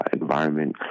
environment